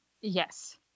Yes